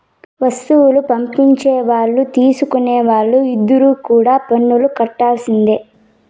వస్తువులు పంపించే వాళ్ళు తీసుకునే వాళ్ళు ఇద్దరు కూడా పన్నులు కట్టాల్సిందే